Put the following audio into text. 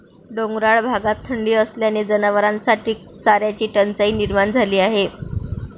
डोंगराळ भागात थंडी असल्याने जनावरांसाठी चाऱ्याची टंचाई निर्माण झाली आहे